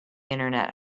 internet